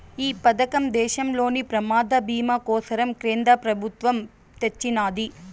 ఈ పదకం దేశంలోని ప్రమాద బీమా కోసరం కేంద్ర పెబుత్వమ్ తెచ్చిన్నాది